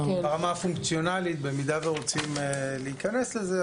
הפונקציונלית במידה ורוצים להיכנס לזה,